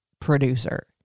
producer